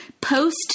post